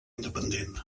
independent